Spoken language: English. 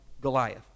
Goliath